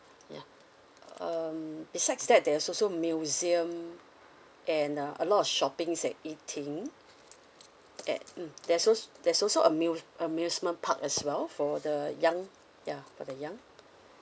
ya um besides that there's also museum and uh a lot of shopping and eating that mm there's also there's also amu~ amusement park as well for the young ya for the young